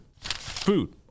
food